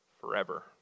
forever